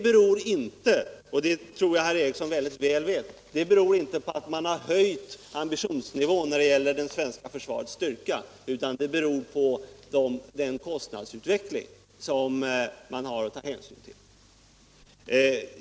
Men det beror inte på att man höjt ambitionsnivån när det gäller det svenska försvarets styrka — det tror jag herr Ericson mycket väl vet — utan det beror på kostnadsutvecklingen som man har att ta hänsyn till.